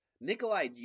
Nikolai